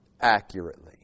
accurately